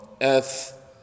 earth